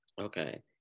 Okay